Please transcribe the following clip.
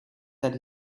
that